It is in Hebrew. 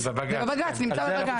זה נמצא בבג"צ.